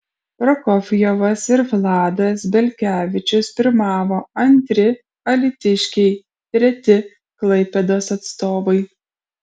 prokofjevas ir vladas belkevičius pirmavo antri alytiškiai treti klaipėdos atstovai